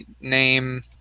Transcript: name